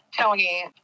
Tony